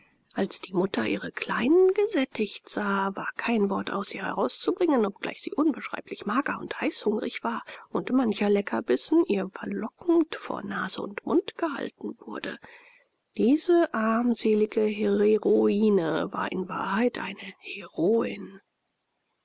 als die mutter ihre kleinen gesättigt sah war kein wort aus ihr herauszubringen obgleich sie unbeschreiblich mager und heißhungrig war und mancher leckerbissen ihr verlockend vor nase und mund gehalten wurde diese armselige hereroine war in wahrheit eine heroin